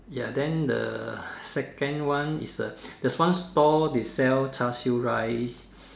ya then the second one is uh there is one stall they sell Char siew rice